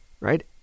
right